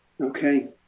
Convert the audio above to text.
Okay